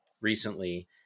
recently